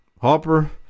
Hopper